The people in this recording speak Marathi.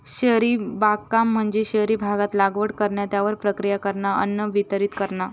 शहरी बागकाम म्हणजे शहरी भागात लागवड करणा, त्यावर प्रक्रिया करणा, अन्न वितरीत करणा